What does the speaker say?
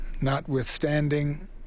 notwithstanding